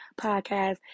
podcast